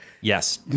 Yes